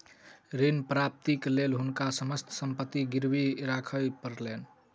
ऋण प्राप्तिक लेल हुनका समस्त संपत्ति गिरवी राखय पड़लैन